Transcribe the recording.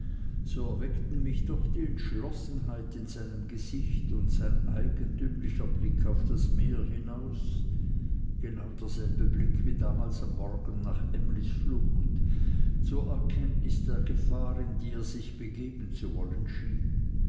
so erweckten mich doch die entschlossenheit in seinem gesicht und sein eigentümlicher blick auf das meer hinaus genau derselbe blick wie damals am morgen nach emlys flucht zur erkenntnis der gefahr in die er sich begeben zu wollen schien